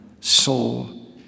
soul